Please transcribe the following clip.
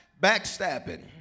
Backstabbing